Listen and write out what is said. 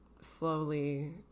slowly